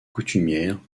coutumière